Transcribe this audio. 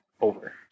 over